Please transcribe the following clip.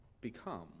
become